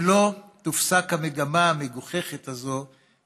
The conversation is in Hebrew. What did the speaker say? אם לא תופסק המגמה המגוחכת הזאת,